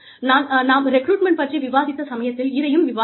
நாம் ரெக்ரூட்மெண்ட் பற்றி விவாதித்த சமயத்தில் இதையும் விவாதித்தோம்